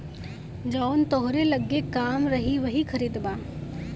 जवन तोहरे लग्गे कम रही वही खरीदबा